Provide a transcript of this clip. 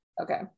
Okay